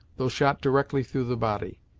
though shot directly through the body.